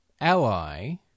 ally